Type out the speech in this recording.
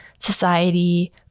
society